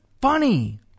funny